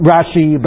Rashi